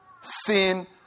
Sin